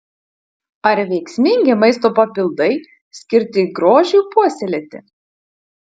ar veiksmingi maisto papildai skirti grožiui puoselėti